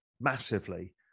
massively